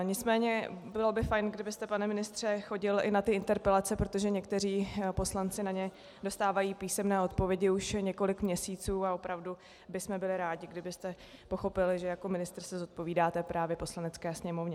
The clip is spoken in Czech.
Nicméně bylo by fajn, kdybyste, pane ministře, chodil i na ty interpelace, protože někteří poslanci na ně dostávají písemné odpovědi už několik měsíců, a opravdu bychom byli rádi, kdybyste pochopil, že jako ministr se zodpovídáte právě Poslanecké sněmovně.